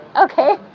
Okay